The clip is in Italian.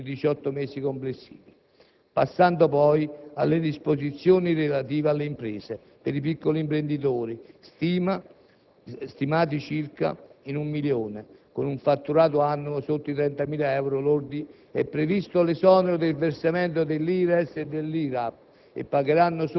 è stata inserita la misura che istituisce il Fondo di solidarietà per i mutui destinati all'acquisto della prima casa. Il Fondo interviene assumendosi il costo delle procedure per lo slittamento delle rate, che è possibile per non più di due volte e fino ad un massimo di diciotto mesi complessivi.